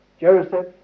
Joseph